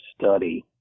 study